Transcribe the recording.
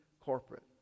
corporate